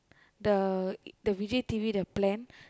the the Vijay T_V the plan